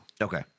Okay